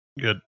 good